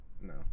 No